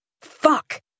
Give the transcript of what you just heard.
Fuck